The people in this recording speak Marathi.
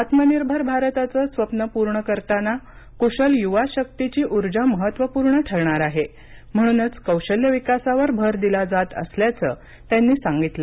आत्मनिर्भर भारताचं स्वप्न पूर्ण करताना कुशल युवा शक्तीची ऊर्जा महत्त्वपूर्ण ठरणार आहे म्हणूनच कौशल्य विकासावर भर दिला जात असल्याचं त्यांनी सांगितलं